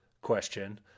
question